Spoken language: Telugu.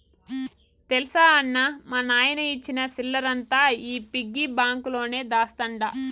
తెల్సా అన్నా, మా నాయన ఇచ్చిన సిల్లరంతా ఈ పిగ్గి బాంక్ లోనే దాస్తండ